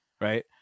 Right